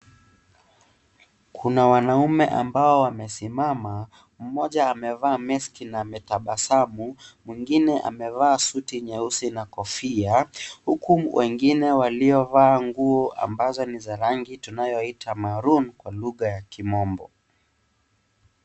Kuna wanaume ambao wamesimama, mmoja amevaa meski na ametabasamu mwingine amevaa suti nyeusi na kofia huku wengine waliovaa nguo ambazo ni za rangi tunayoiita maroon kwa lugha ya kimombo.